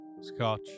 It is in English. scotch